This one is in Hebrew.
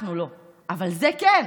אנחנו לא, אבל זה כן.